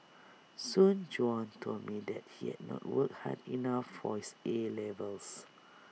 Soon Juan told me that he had not worked hard enough for his A levels